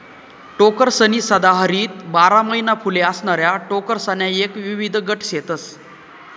टोकरसनी सदाहरित बारा महिना फुले असणाऱ्या टोकरसण्या एक विविध गट शेतस